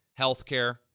healthcare